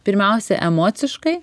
pirmiausia emociškai